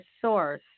source